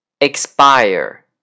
expire